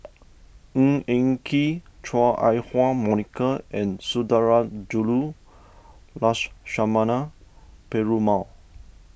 Ng Eng Kee Chua Ah Huwa Monica and Sundarajulu Lakshmana Perumal